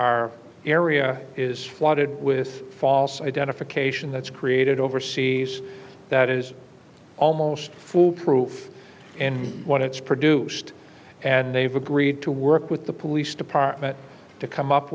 our area is flooded with false identification that's created overseas that is almost foolproof in what it's produced and they've agreed to work with the police department to come up